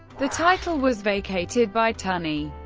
the title was vacated by tunney.